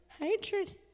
hatred